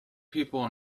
people